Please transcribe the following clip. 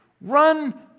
Run